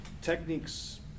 techniques